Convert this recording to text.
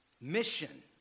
Mission